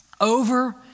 over